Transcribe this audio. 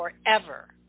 forever